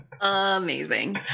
amazing